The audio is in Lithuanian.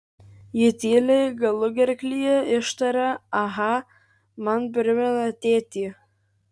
ji tyliai galugerklyje ištaria aha man primena tėtį